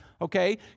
okay